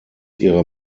ihre